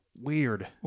weird